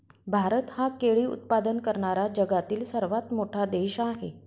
भारत हा केळी उत्पादन करणारा जगातील सर्वात मोठा देश आहे